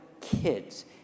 kids